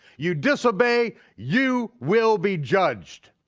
you disobey, you will be judged.